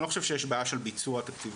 אני לא חושב שיש בעיה של ביצוע תקציבים,